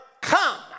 come